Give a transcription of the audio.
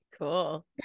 Cool